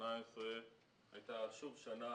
שנת 2018 הייתה שוב שנה,